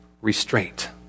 restraint